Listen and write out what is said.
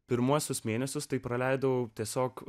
pirmuosius mėnesius tai praleidau tiesiog